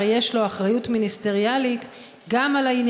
הרי יש לו אחריות מיניסטריאלית גם לעניינים